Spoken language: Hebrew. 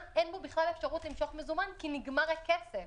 אין בו בכלל אפשרות למשוך מזומן, כי נגמר הכסף.